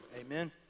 Amen